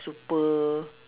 super